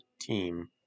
Team